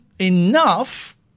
enough